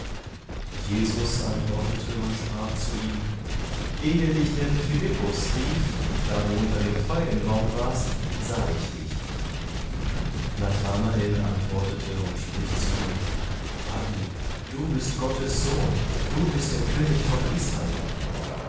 jesus antwortete und sprach zu ihm ehe denn dich philippus rief da du unter dem feigenbaum warst sah ich dich nathanael antwortete und spricht zu ihm rabbi du bist gottes sohn du bist der könig von israel